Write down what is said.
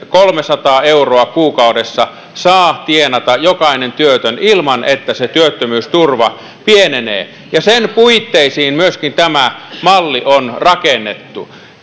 kolmesataa euroa kuukaudessa saa tienata jokainen työtön ilman että työttömyysturva pienenee niihin puitteisiin myöskin tämä malli on rakennettu